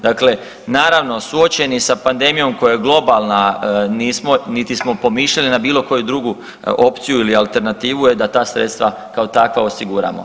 Dakle naravno suočeni sa pandemijom koja je globalna, nismo, niti smo pomišljali na bilo koju drugu opciju ili alternativu je da ta sredstva kao takva osiguramo.